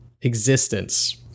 existence